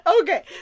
Okay